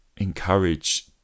encourage